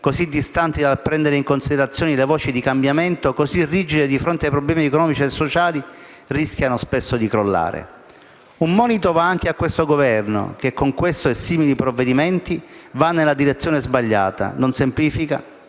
così distanti dal prendere in considerazione le voci di cambiamento, così rigide di fronte ai problemi economici e sociali, si rischia spesso di vederle crollare. Un monito va anche a questo Governo che, con questo e simili provvedimenti, va nella direzione sbagliata. Non semplifica,